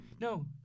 No